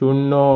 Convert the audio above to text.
শূন্য